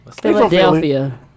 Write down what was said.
Philadelphia